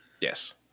Yes